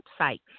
website